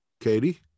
Katie